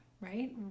right